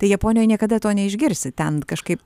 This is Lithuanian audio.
tai japonijoj niekada to neišgirsi ten kažkaip